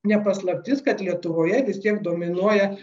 ne paslaptis kad lietuvoje vis tiek dominuoja